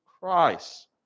Christ